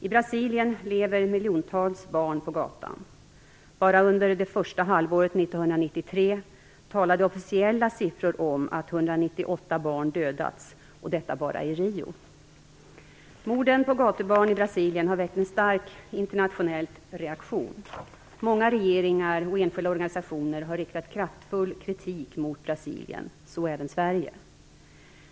I Brasilien lever miljontals barn på gatan. Bara under det första halvåret 1993 talade officiella siffror om att 198 barn dödats, och detta bara i Rio. Morden på gatubarn i Brasilien har väckt en stark internationell reaktion. Många regeringar och enskilda organisationer har riktat kraftfull kritik mot Brasilien - så även Sverige.